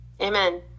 Amen